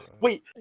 wait